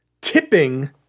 tipping